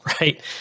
right